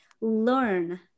learn